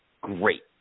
great